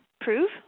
prove